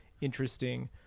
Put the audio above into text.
interesting